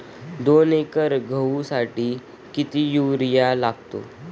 दोन एकर गहूसाठी किती युरिया लागतो?